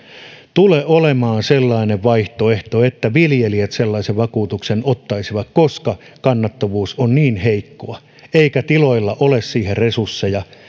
tule olemaan sellainen vaihtoehto että viljelijät sellaisen vakuutuksen ottaisivat koska kannattavuus on niin heikkoa eikä tiloilla ole siihen resursseja